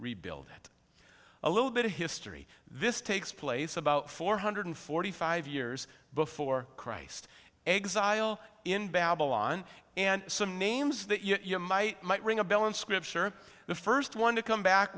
rebuild it a little bit of history this takes place about four hundred forty five years before christ exile in babylon and some names that you're might might ring a bell in scripture the first one to come back